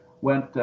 went